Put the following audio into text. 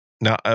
Now